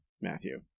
Matthew